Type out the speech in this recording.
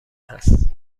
هست